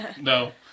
no